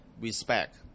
respect